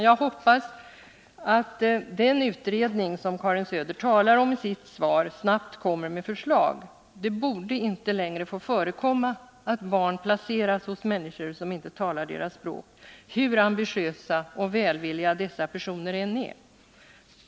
Jag hoppas att den utredning som Karin Söder talar om i sitt svar snabbt kommer med förslag. Det borde inte längre få förekomma att barn placeras hos människor som inte talar deras språk — hur ambitiösa och välvilliga dessa personer än är.